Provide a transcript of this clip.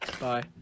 Bye